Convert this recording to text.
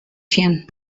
sjen